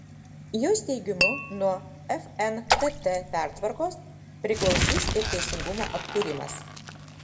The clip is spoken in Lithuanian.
jos teigimu nuo fntt pertvarkos priklausys ir teisingumo atkūrimas